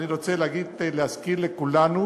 אני רוצה להזכיר לכולנו